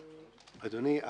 אדוני,